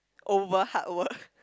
over hard work